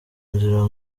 nzira